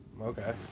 okay